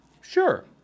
Sure